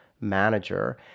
manager